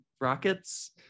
rockets